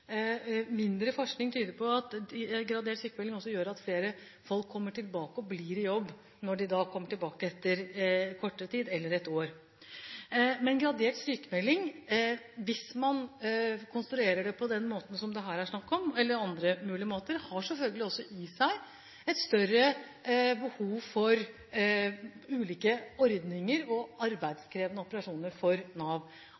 Mindre forskningsprosjekter tyder på at gradert sykmelding også gjør at flere – etter kortere tid eller ett år – kommer tilbake i jobb og blir der. Men hvis man konstruerer gradert sykmelding på den måten som det her er snakk om – eller på andre mulige måter – har det selvfølgelig også i seg et større behov for ulike ordninger og